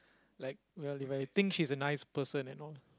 like well if I think she's a nice person and all